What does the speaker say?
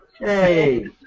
Hey